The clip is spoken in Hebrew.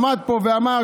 עמד פה ואמר,